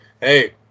hey